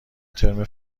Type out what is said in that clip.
ترم